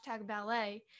ballet